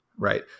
right